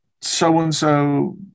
so-and-so